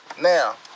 Now